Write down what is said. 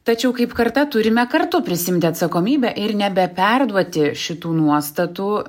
tačiau kaip karta turime kartu prisiimti atsakomybę ir nebeperduoti šitų nuostatų